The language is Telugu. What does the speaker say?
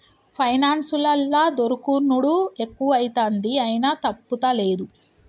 పైనాన్సులల్ల దోసుకునుడు ఎక్కువైతంది, అయినా తప్పుతలేదు